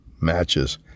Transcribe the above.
matches